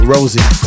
Rosie